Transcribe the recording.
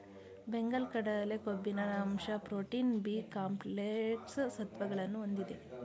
ಬೆಂಗಲ್ ಕಡಲೆ ಕೊಬ್ಬಿನ ಅಂಶ ಪ್ರೋಟೀನ್, ಬಿ ಕಾಂಪ್ಲೆಕ್ಸ್ ಸತ್ವಗಳನ್ನು ಹೊಂದಿದೆ